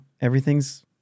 everything's